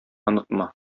онытма